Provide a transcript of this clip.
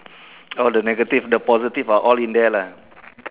oh the negative the positive are all in there lah